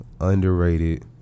underrated